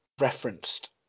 referenced